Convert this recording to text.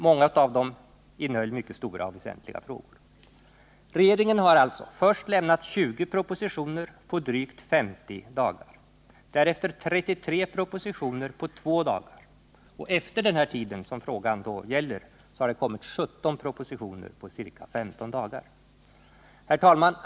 Många av dem innehöll mycket stora och väsentliga frågor. Regeringen har alltså först lämnat 20 propositioner under drygt 50 dagar, därefter 33 propositioner under 2 dagar, och efter den här tiden 17 propositioner under ca 15 dagar. Herr talman!